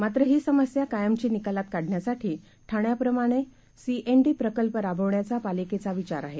मात्रहीसमस्याकायमचीनिकालातकाढण्यासाठी ठाण्याप्रमाणेसीएनडीप्रकल्पराबवण्याचापालिकेचाविचारआहे